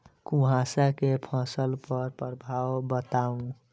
कुहासा केँ फसल पर प्रभाव बताउ?